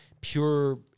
pure